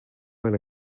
when